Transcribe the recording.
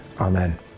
Amen